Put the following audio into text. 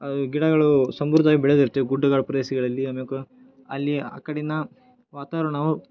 ಅದು ಗಿಡಗಳು ಸಮೃದ್ಧವಾಗಿ ಬೆಳೆದಿರುತ್ತೆ ಗುಡ್ಡಗಳ ಪ್ರದೇಶಗಳಲ್ಲಿ ಆಮ್ಯಾಕು ಅಲ್ಲಿ ಆ ಕಡಿನ ವಾತಾವರಣವು